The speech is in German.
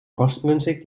kostengünstig